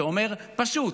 שאומר פשוט: